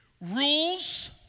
Rules